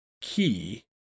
key